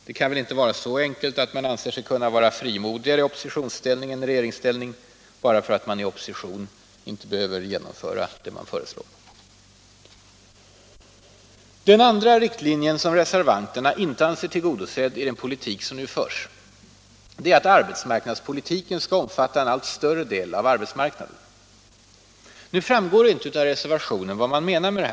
Det kan väl inte vara så enkelt att man anser sig kunna vara frimodigare i oppositionsställning än i regeringsställning, bara för att man i opposition inte behöver genomföra det man föreslår? Den andra riktlinje som reservanterna inte anser tillgodosedd i den politik som nu förs, är att arbetsmarknadspolitiken skall omfatta en allt större del av arbetsmarknaden. Det framgår inte av reservationerna vad man menar med det.